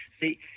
See